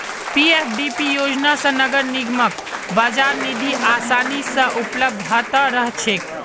PFDP योजना स नगर निगमक बाजार निधि आसानी स उपलब्ध ह त रह छेक